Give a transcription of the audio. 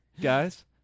guys